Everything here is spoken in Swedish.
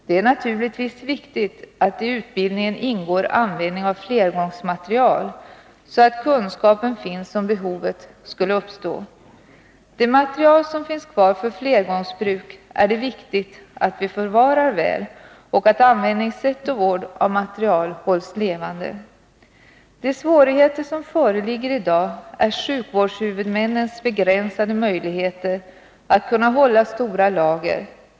Det är naturligtvis viktigt att det i utbildningen ingår användning av flergångsmateriel, så att kunskapen finns om behovet skulle uppstå. Den materiel som finns kvar för flergångsbruk är det viktigt att vi förvarar väl och att användningssätt och vård av materielen hålls levande. De svårigheter som föreligger i dag är sjukvårdshuvudmännens begränsade möjligheter att hålla stora lager.